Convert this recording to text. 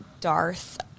Darth